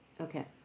Okay